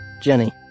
Jenny